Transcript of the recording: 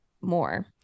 more